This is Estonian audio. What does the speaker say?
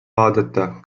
vaadata